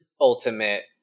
ultimate